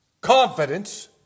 Confidence